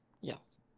Yes